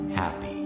happy